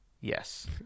Yes